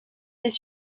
des